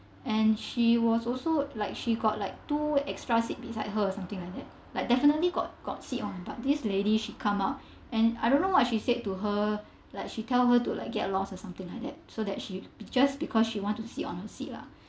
and she was also like she got like two extra seats beside her or something like that like definitely got got seat on but this lady she come out and I don't know what she said to her like she tell her to like get lost or something like that so that she be just because she wanted to sit on the seat lah